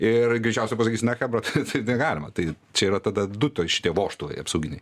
ir greičiausiai pasakys ne chebra taip negalima tai čia yra tada du šitie vožtuvai apsauginiai